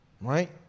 right